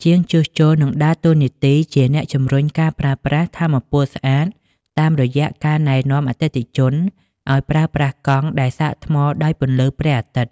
ជាងជួសជុលនឹងដើរតួនាទីជាអ្នកជំរុញការប្រើប្រាស់ថាមពលស្អាត តាមរយៈការណែនាំអតិថិជនឱ្យប្រើប្រាស់កង់ដែលសាកថ្មដោយពន្លឺព្រះអាទិត្យ។